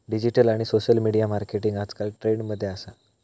digital आणि social media marketing आजकल trend मध्ये असा